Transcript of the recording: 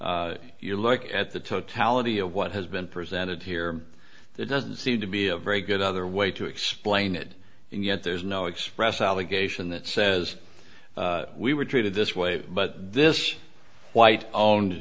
moment you look at the totality of what has been presented here there doesn't seem to be a very good other way to explain it and yet there's no express allegation that says we were treated this way but this white owned